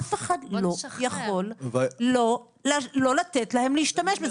אף אחד לא יכול לא לתת להם להשתמש בזה.